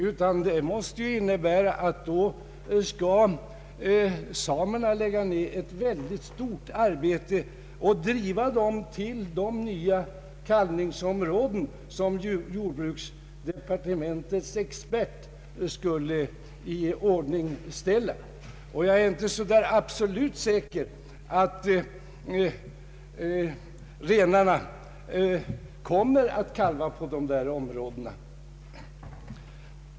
Om det fram lagda förslaget går igenom innebär det att samerna måste lägga ned ett mycket stort arbete på att driva renarna till de nya kalvningsområden som jordbruksdepartementets expert skulle iordningställa. Jag är inte så där absolut säker på att renarna kommer att kalva på dessa nya områden.